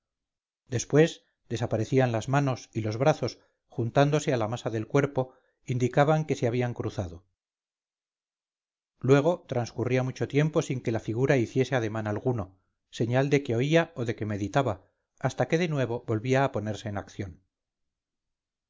después desaparecían las manos y los brazos juntándose a la masa del cuerpo indicaban que se habían cruzado luego transcurría mucho tiempo sin que la figura hiciese ademán alguno señal de que oía o de que meditaba hasta que de nuevo volvía a ponerse en acción